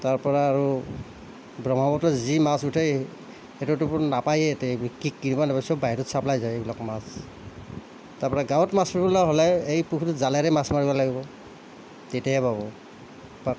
তাৰ পৰা আৰু ব্ৰহ্মপুত্ৰৰ যি মাছ উঠে সেইটোতো নাপায়েই ইয়াতে কি কিছুমান চব বাহিৰত ছাপ্লাই যায় এইবিলাক মাছ তাৰ পৰা গাঁৱত মাছ ৰুলে হ'লে এই পুখুৰীত জালেৰে মাছ মাৰিব লাগিব তেতিয়াহে পাব তাত